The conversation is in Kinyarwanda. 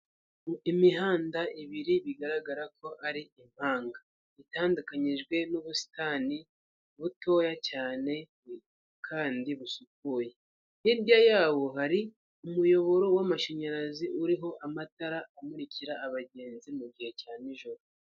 Imihanda ibiri bigaragara ko ari impanga itandukanijwe n'ubusitani butoya cyane kandi busukuye hirya yaho hari umuyoboro w'amashanyarazi uriho amatara amurikira abagenzi mu gihe cya nijoro.